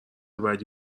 بدی